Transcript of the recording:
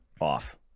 off